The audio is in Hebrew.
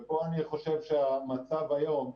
ופה אני חושב שבמצב היום,